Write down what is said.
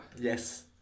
Yes